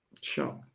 Sure